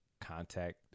contact